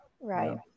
Right